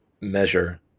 measure